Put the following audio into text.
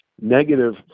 negative